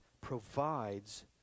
provides